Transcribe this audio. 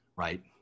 Right